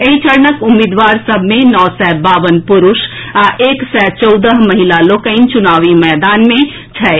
एहि चरणक उम्मीदवार सभ मे नओ सय बावन पुरूष आ एक सय चौदह महिला लोकनि चुनावी मैदान मे छथि